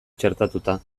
txertatuta